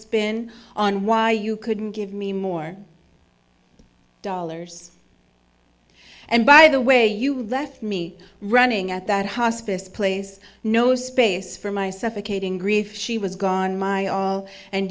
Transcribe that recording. spin on why you couldn't give me more dollars and by the way you left me running at that hospice place no space for my suffocating grief she was